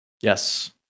yes